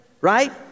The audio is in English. right